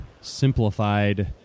simplified